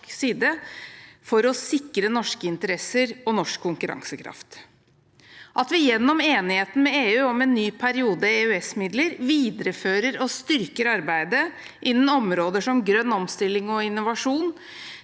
for å sikre norske interesser og norsk konkurransekraft. At vi gjennom enigheten med EU om en ny periode EØS-midler viderefører og styrker arbeidet innen områder som grønn omstilling og innovasjon,